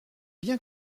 bien